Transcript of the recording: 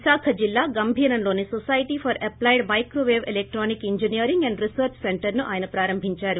విశాఖ జిల్లా గంభీరంలోని society for applied microwave electronic engineering and research సెంటర్ను ఆయన ప్రారంభించారు